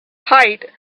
height